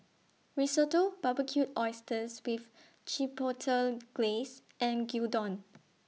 Risotto Barbecued Oysters with Chipotle Glaze and Gyudon